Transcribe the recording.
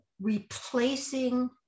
replacing